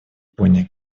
япония